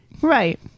Right